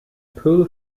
pool